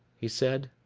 he said.